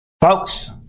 Folks